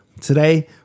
Today